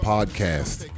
Podcast